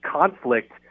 conflict